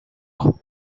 aho